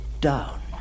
down